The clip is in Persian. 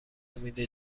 امید